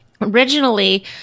originally